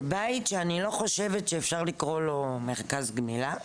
זה בית שאני לא חושבת שאפשר לקרוא לו מרכז גמילה.